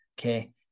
Okay